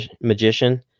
magician